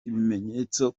ibimenyetso